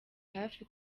hafi